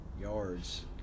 yards